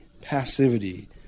passivity